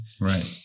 right